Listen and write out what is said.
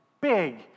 big